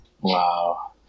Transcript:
wow